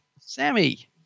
Sammy